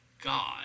god